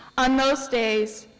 on most days,